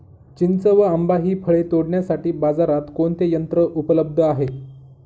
चिंच व आंबा हि फळे तोडण्यासाठी बाजारात कोणते यंत्र उपलब्ध आहे?